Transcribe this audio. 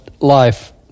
life